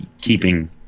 keeping